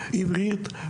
עברית,